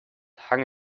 hung